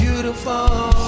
Beautiful